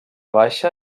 baixa